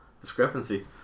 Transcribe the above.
discrepancy